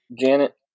janet